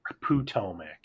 Potomac